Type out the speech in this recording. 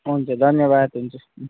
हुन्छ धन्यवाद हुन्छ